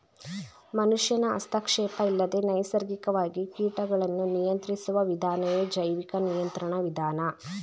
ಮನುಷ್ಯನ ಹಸ್ತಕ್ಷೇಪ ಇಲ್ಲದೆ ನೈಸರ್ಗಿಕವಾಗಿ ಕೀಟಗಳನ್ನು ನಿಯಂತ್ರಿಸುವ ವಿಧಾನವೇ ಜೈವಿಕ ನಿಯಂತ್ರಣ ವಿಧಾನ